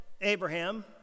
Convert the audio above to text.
Abraham